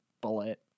bullet